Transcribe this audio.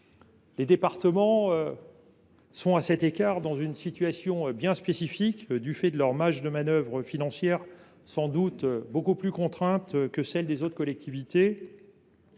Les départements sont, à cet égard, dans une situation très spécifique, car leurs marges de manœuvre financières sont sans doute beaucoup plus contraintes que celles des autres collectivités.